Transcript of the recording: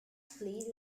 fleet